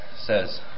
says